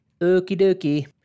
okey-dokey